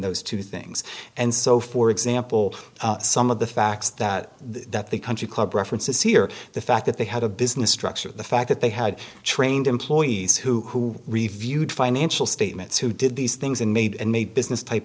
those two things and so for example some of the facts that that the country club references here the fact that they had a business structure the fact that they had trained employees who reviewed financial statements who did these things and made and made business type